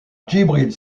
djibril